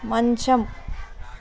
మంచం